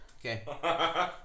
Okay